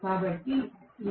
కాబట్టి ఇది